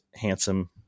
handsome